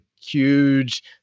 huge